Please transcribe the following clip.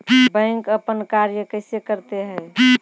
Bank अपन कार्य कैसे करते है?